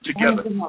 together